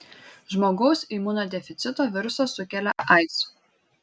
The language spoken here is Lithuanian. žmogaus imunodeficito virusas sukelia aids